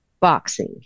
Boxing